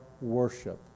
worship